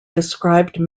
described